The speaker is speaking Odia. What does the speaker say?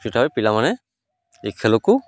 ସେଠାରେ ପିଲାମାନେ ଏ ଖେଳକୁ